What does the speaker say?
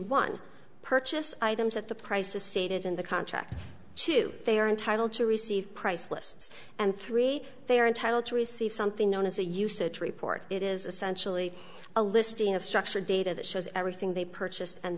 one purchase items at the prices stated in the contract two they are entitled to receive price lists and three they are entitled to receive something known as a usage report it is essentially a listing of structured data that shows everything they purchased and